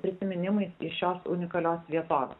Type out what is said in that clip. prisiminimais iš šios unikalios vietovės